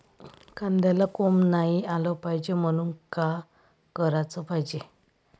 कांद्याला कोंब नाई आलं पायजे म्हनून का कराच पायजे?